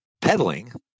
pedaling